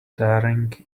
staring